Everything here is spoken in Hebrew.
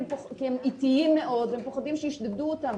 הם איטיים מאוד והם פוחדים שישדדו אותם,